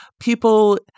people